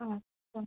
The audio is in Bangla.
ও ও